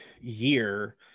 year